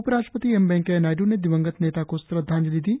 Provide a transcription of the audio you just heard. उपराष्ट्रपति एम वेंकैया नायड् ने दिवंगत नेता को श्रद्वांजलि दी